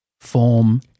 form